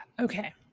Okay